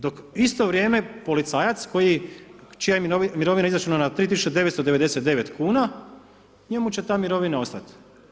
Dok u isto vrijeme, policajac koji, čija mirovina je izračunata na 3999 kuna, njemu će ta mirovina ostat'